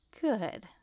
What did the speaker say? good